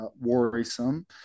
worrisome